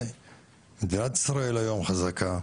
מדינת ישראל היום חזקה,